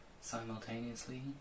simultaneously